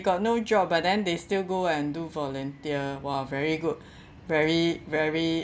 got no job but then they still go and do volunteer !wah! very good very very